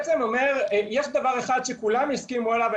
יש דבר אחד שכולם יסכימו עליו,